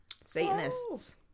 Satanists